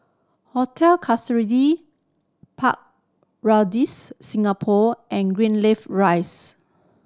Hotel Park Regis Singapore and Greenleaf Rise